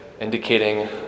indicating